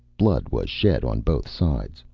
blood was shed on both sides.